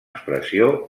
expressió